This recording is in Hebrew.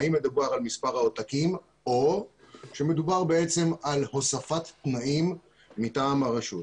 האם מדובר על מספר העותקים או שמדובר בעצם על הוספת תנאים מטעם הרשות.